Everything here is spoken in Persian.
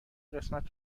قسمت